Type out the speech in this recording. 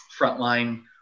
frontline